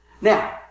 Now